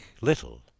little